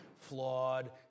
flawed